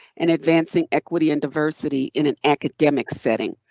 and advancing equity and diversity in an academic setting.